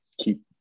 keep